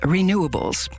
Renewables